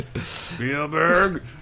Spielberg